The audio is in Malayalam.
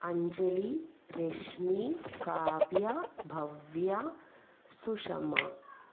അഞ്ചലി രശ്മി കാവ്യ ഭവ്യ സുഷമ്മ